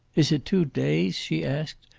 is it two days? she asked.